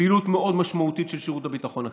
פעילות מאוד משמעותית של שירות הביטחון הכללי,